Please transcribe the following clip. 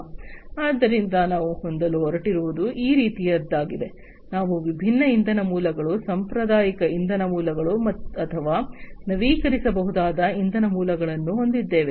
ಆದ್ದರಿಂದ ನಾವು ಹೊಂದಲು ಹೊರಟಿರುವುದು ಈ ರೀತಿಯದ್ದಾಗಿದೆ ನಾವು ವಿಭಿನ್ನ ಇಂಧನ ಮೂಲಗಳು ಸಾಂಪ್ರದಾಯಿಕ ಇಂಧನ ಮೂಲಗಳು ಅಥವಾ ನವೀಕರಿಸಬಹುದಾದ ಇಂಧನ ಮೂಲಗಳನ್ನು ಹೊಂದಿದ್ದೇವೆ